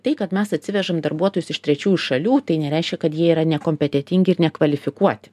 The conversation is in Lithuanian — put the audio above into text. tai kad mes atsivežam darbuotojus iš trečiųjų šalių tai nereiškia kad jie yra nekompetentingi ir nekvalifikuoti